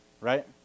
right